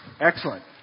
Excellent